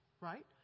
right